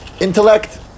Intellect